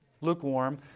lukewarm